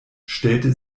stellte